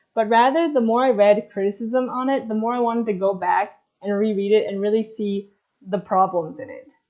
but rather the more i read criticism on it, the more i wanted to go back and reread it and really see the problems in it.